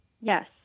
Yes